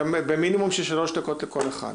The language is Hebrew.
במינימום של שלוש דקות לכל אחד.